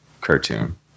cartoon